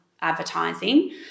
advertising